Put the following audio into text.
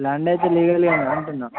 land అయితే లీగలే కదా అంటున్నా